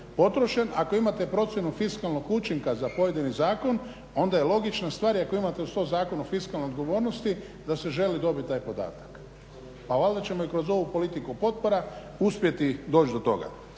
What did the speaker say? potrošen, ako imate procjenu fiskalnog učinka za pojedini zakon onda je logična stvar i ako imate uz to Zakon o fiskalnoj odgovornosti, da se želi dobit taj podatak. Pa valjda ćemo i kroz ovu politiku potpora uspjeti doći do toga.